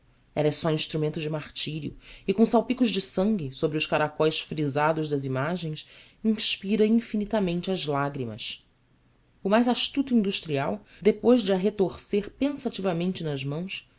é só instrumento de martírio e com salpicos de sangue sobre os caracóis frisados das imagens inspira infinitamente as lágrimas o mais astuto industrial depois de a retorcer pensativamente nas mãos